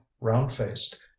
round-faced